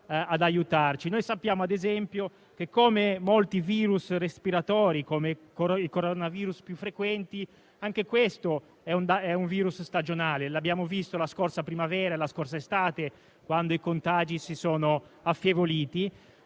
sappiamo che, come molti *virus* respiratori, come i coronavirus più frequenti, anche questo è un virus stagionale; lo abbiamo visto la scorsa primavera e la scorsa estate quando i contagi si sono affievoliti